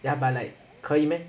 ya but like 可以 meh